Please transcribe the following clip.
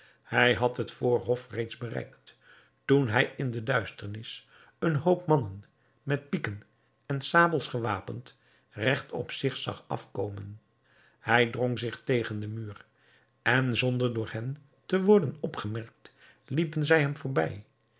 hij had het voorhof reeds bereikt toen hij in de duisternis een hoop mannen met pieken en sabels gewapend regt op zich zag afkomen hij drong zich tegen den muur en zonder door hen te worden opgemerkt liepen zij hem voorbij